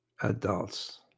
adults